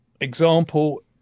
example